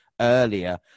earlier